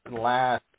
last